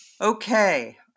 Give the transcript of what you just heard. Okay